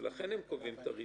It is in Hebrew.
ולכן הם קובעים את הריבית.